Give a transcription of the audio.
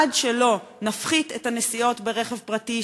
עד שלא נפחית את הנסיעות ברכב פרטי,